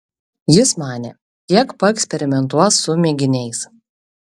jis manė kiek paeksperimentuos su mėginiais